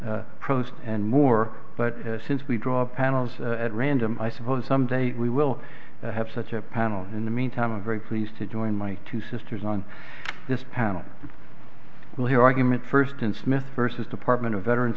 newman pros and more but since we draw panels at random i suppose someday we will have such a panel in the meantime i'm very pleased to join my two sisters on this panel we'll hear argument first in smith versus department of veteran